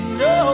no